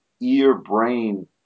ear-brain